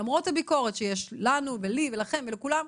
למרות הביקורת שיש לנו ולי ולכם ולכולם,